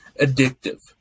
addictive